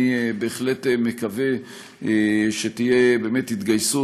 אני בהחלט מקווה שתהיה באמת התגייסות,